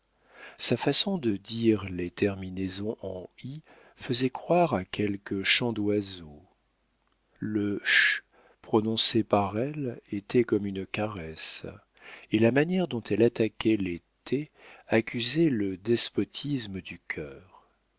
sa façon de dire les terminaisons en i faisait croire à quelque chant d'oiseau le ch prononcé par elle était comme une caresse et la manière dont elle attaquait les t accusait le despotisme du cœur